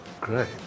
great